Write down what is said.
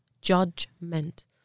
Judgment